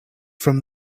from